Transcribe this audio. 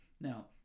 Now